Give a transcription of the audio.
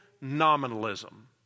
nominalism